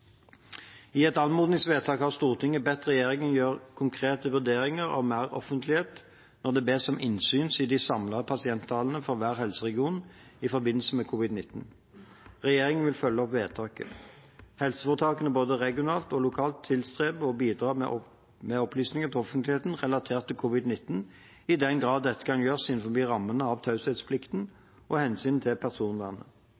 I et anmodningsvedtak har Stortinget bedt regjeringen gjøre konkrete vurderinger av meroffentlighet når det bes om innsyn i de samlede pasienttallene for hver helseregion i forbindelse med covid-19. Regjeringen vil følge opp vedtaket. Helseforetakene både regionalt og lokalt tilstreber å bidra med opplysninger til offentligheten relatert til covid-19, i den grad dette kan gjøres innenfor rammene av